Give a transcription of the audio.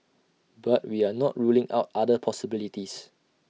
but we are not ruling out other possibilities